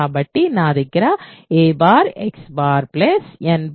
కాబట్టి నా దగ్గర a x n y 1 కి సమానం